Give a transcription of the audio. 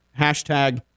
hashtag